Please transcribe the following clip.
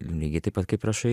lygiai taip pat kaip rašai